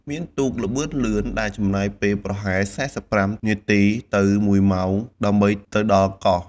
មាន ទូកល្បឿនលឿន ដែលចំណាយពេលប្រហែល ៤៥ នាទីទៅ ១ ម៉ោងដើម្បីទៅដល់កោះ។